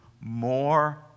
more